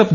F